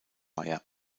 meyer